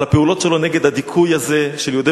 על הפעולות שלו נגד הדיכוי הזה של יהודי